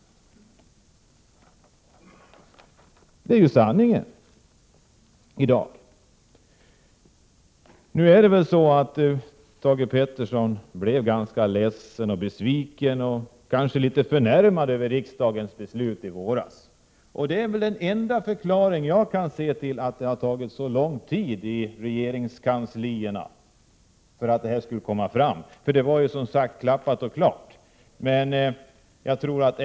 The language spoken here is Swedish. Det är sanningen i dag. Thage Peterson blev ganska ledsen och besviken och kanske litet förnärmad över riksdagens beslut i våras. Det är den enda förklaring som jag kan finna till att det har tagit så lång tid i regeringskansliet att få fram det här förslaget; saken var ju klappad och klar så att säga.